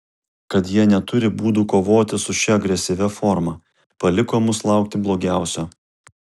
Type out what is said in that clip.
kad jie neturi būdų kovoti su šia agresyvia forma paliko mus laukti blogiausio